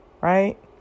right